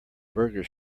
burger